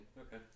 Okay